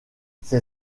ses